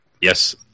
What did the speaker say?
Yes